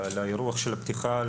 על האירוח של הפתיחה,